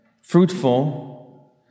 fruitful